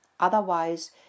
Otherwise